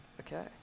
Okay